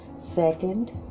Second